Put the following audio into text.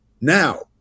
Now